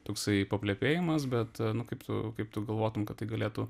toksai paplepėjimas bet nu kaip tu kaip tu galvotum kad tai galėtų